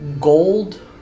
gold